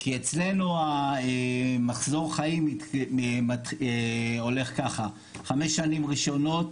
כי אצלנו מחזור החיים הולך ככה: חמש שנים ראשונות